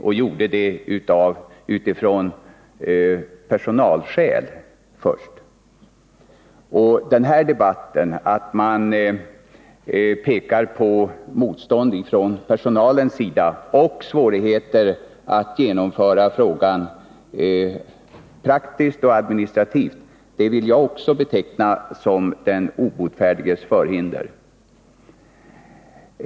Den gjorde det också först och främst av personalskäl. Att här peka på motstånd från personalens sida och på svårigheterna att praktiskt och administrativt genomföra en lördagsstängning vill också jag beteckna som den obotfärdiges förhinder.